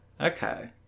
Okay